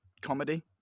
comedy